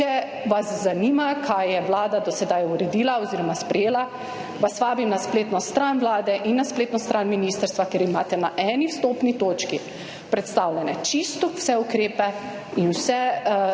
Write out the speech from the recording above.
Če vas zanima kaj je Vlada do sedaj uredila oziroma sprejela, vas vabim na spletno stran Vlade in na spletno stran ministrstva, kjer imate na eni vstopni točki predstavljene čisto vse ukrepe in vse